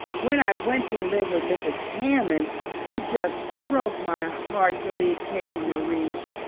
when i went to live with mrs. hammond it just broke my heart to leave katie maurice.